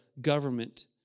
government